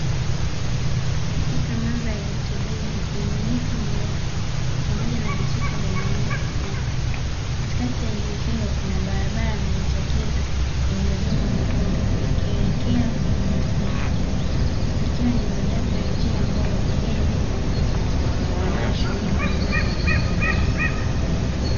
Katika mandhari tulivu yenye miti mirefu pamoja na vichaka vyenye rangi ya kijani katikati ya eneo hilo kuna barabara imejitokeza yenye udongo mwekundu ikielekea kwenye misitu ikiwa ni moja wapo ya njia ambayo magari mengi hupita kwaajili ya shughuli mbalimbali za binadamu.